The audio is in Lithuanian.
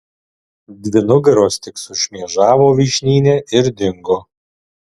dvi nugaros tik sušmėžavo vyšnyne ir dingo